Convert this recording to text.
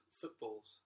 footballs